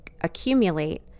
accumulate